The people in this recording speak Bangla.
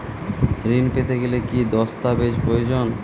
ঋণ পেতে গেলে কি কি দস্তাবেজ প্রয়োজন?